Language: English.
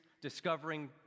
discovering